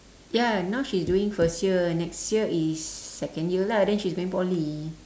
ya now she's doing first year next year is second year lah then she's going poly